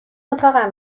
اتاقم